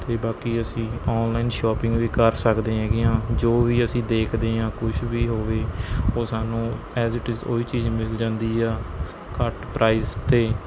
ਅਤੇ ਬਾਕੀ ਅਸੀਂ ਔਨਲਾਈਨ ਸ਼ੋਪਿੰਗ ਵੀ ਕਰ ਸਕਦੇ ਹੈਗੇ ਹਾਂ ਜੋ ਵੀ ਅਸੀਂ ਦੇਖਦੇ ਹਾਂ ਕੁਛ ਵੀ ਹੋਵੇ ਉਹ ਸਾਨੂੰ ਐਜ਼ ਇੱਟ ਇਜ਼ ਉਹੀ ਚੀਜ਼ ਮਿਲ ਜਾਂਦੀ ਆ ਘੱਟ ਪ੍ਰਾਈਜ਼ 'ਤੇ